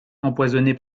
empoisonnée